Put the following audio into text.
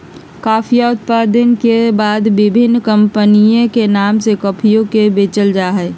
कॉफीया उत्पादन के बाद विभिन्न कमपनी के नाम से कॉफीया के बेचल जाहई